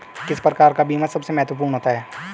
किस प्रकार का बीमा सबसे महत्वपूर्ण है?